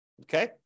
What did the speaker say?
Okay